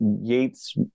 Yates